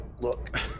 Look